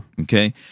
Okay